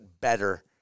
better